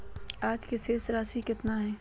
आज के शेष राशि केतना हइ?